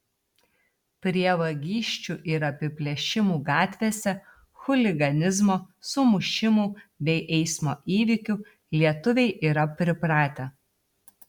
prie vagysčių ir apiplėšimų gatvėse chuliganizmo sumušimų bei eismo įvykių lietuviai yra pripratę